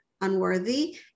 unworthy